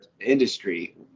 industry